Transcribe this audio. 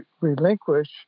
relinquish